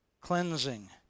cleansing